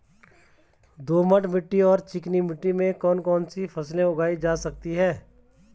दोमट मिट्टी और चिकनी मिट्टी में कौन कौन सी फसलें उगाई जा सकती हैं?